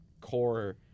core